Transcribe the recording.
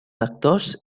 actors